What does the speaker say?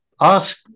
Ask